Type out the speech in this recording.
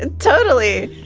and totally